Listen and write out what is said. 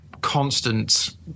constant